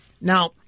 Now